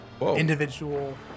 individual